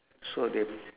so they